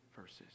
verses